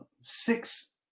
six